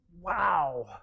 wow